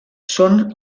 són